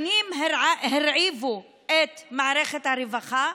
שנים הרעיבו את מערכת הרווחה,